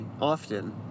often